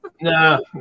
No